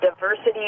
diversity